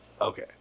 Okay